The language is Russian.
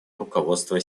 руководства